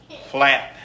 flat